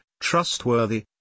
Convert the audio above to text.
trustworthy